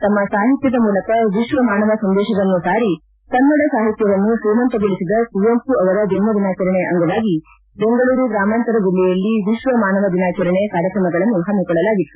ತಮ್ಮ ಸಾಹಿತ್ಯದ ಮೂಲಕ ವಿಶ್ವ ಮಾನವ ಸಂದೇಶವನ್ನು ಸಾರಿ ಕನ್ನಡ ಸಾಹಿತ್ಯವನ್ನು ಶ್ರೀಮಂತಗೊಳಿಸಿದ ಕುವೆಂಮ ಅವರ ಜನ್ಮದಿನಾಚರಣೆ ಅಂಗವಾಗಿ ಬೆಂಗಳೂರು ಗ್ರಾಮಾಂತರ ಜಿಲ್ಲೆಯಲ್ಲಿ ವಿಶ್ವ ಮಾನವ ದಿನಾಚರಣೆ ಕಾರ್ಕ್ರಮಗಳನ್ನು ಹಮ್ಮಿಕೊಳ್ಳಲಾಗಿತ್ತು